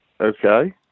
Okay